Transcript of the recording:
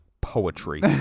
poetry